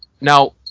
Now